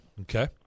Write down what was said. Okay